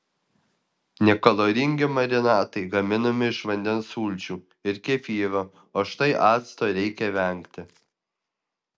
nekaloringi marinatai gaminami iš vandens sulčių ir kefyro o štai acto reikia vengti